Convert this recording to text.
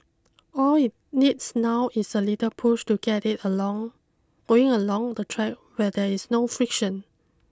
all it needs now is a little push to get it along going along the track where there is no friction